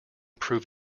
prove